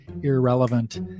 Irrelevant